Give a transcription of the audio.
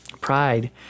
Pride